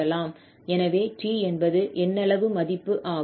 எனவே 𝑡 என்பது எண்ணளவு மதிப்பு ஆகும்